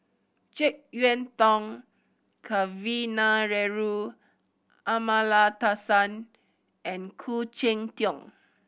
Jek Yeun Thong Kavignareru Amallathasan and Khoo Cheng Tiong